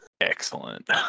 Excellent